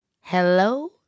Hello